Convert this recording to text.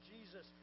Jesus